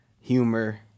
Humor